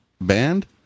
band